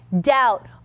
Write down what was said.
doubt